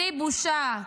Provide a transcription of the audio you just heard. בלי בושה.